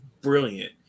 brilliant